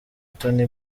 tony